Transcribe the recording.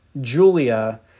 Julia